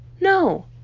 No